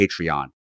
Patreon